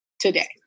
today